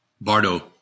bardo